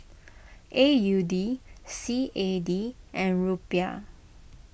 A U D C A D and Rupiah